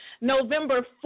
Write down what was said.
November